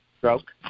stroke